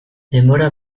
denbora